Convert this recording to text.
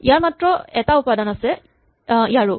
ইয়াৰ মাত্ৰ এটা উপাদান আছে ইয়াৰো